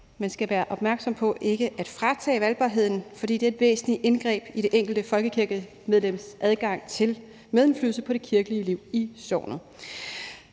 man skal være opmærksom på ikke at fratage valgbarheden, for det er et væsentligt indgreb i det enkelte folkekirkemedlems adgang til medindflydelse på det kirkelige liv i sognet.